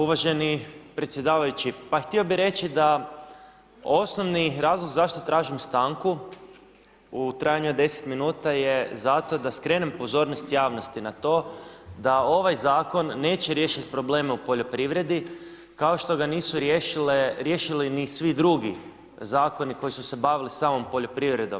Uvaženi predsjedavajući, htio bi reći, da osnovni razlog zašto tražim stanku u trajanju od 10 min. je zato da skrenem pozornost javnosti na to, da ovaj zakon, neće riješiti probleme u poljoprivredi, kao što ga nisu riješili i svi drugi zakoni koji su se bavili samom poljoprivredom.